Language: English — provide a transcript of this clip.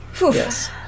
Yes